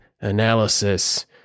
analysis